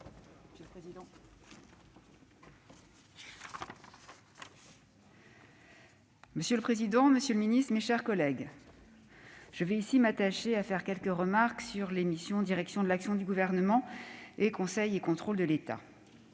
Monsieur le président, monsieur le ministre, mes chers collègues, je vais m'attacher à faire quelques remarques sur les missions « Direction de l'action du Gouvernement » et « Conseil et contrôle de l'État